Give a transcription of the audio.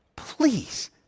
please